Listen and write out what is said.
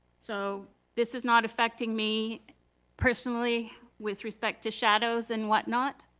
so this is not affecting me personally with respect to shadows and whatnot,